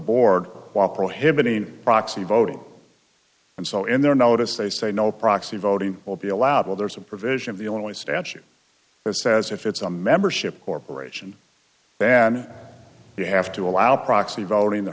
board while prohibiting proxy voting and so in their notice they say no proxy voting will be allowed well there's a provision of the only statute that says if it's a membership corporation then you have to allow proxy voting there